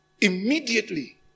immediately